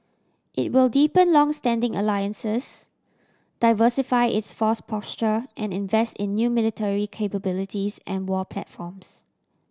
it will deepen long standing alliances diversify its force posture and invest in new military capabilities and war platforms